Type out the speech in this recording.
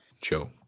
Joe